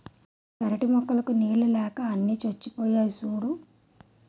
పెరటి మొక్కలకు నీళ్ళు లేక అన్నీ చచ్చిపోయాయి సూడూ